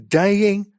dying